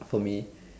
for me